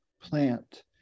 plant